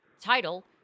Title